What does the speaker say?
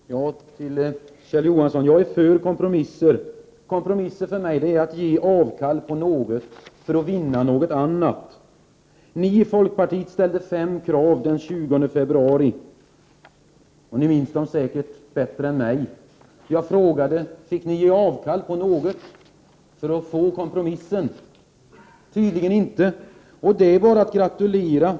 Fru talman! Till Kjell Johansson vill jag säga att jag är för kompromisser. Kompromisser innebär för mig att man gör avkall på något för att vinna något annat. Ni i folkpartiet ställde fem krav den 20 februari, och ni minns dem säkert bättre än jag. Jag frågade om ni fick ge avkall på något av kraven. Det var tydligen inte så, och det är bara att gratulera.